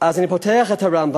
אז אני פותח את הרמב"ם.